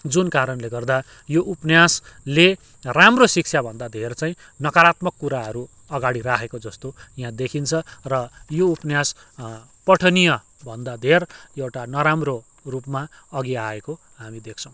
जुन कारणले गर्दा यो उपन्यासले राम्रो शिक्षाभन्दा धेर चाहिँ नकारात्मक कुराहरू अगाडि राखेको जस्तो यहाँ देखिन्छ र यो उपन्यास पठनीयभन्दा धेर एउटा नराम्रो रूपमा अघि आएको हामी देख्छौँ